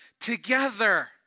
together